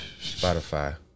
Spotify